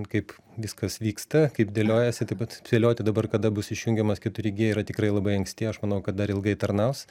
kaip viskas vyksta kaip dėliojasi taip pat spėlioti dabar kada bus išjungiamas keturi gie yra tikrai labai anksti aš manau kad dar ilgai tarnaus